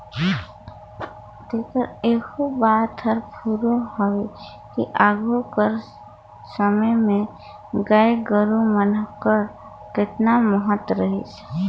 तेकर एहू बात हर फुरों हवे कि आघु कर समे में गाय गरू मन कर केतना महत रहिस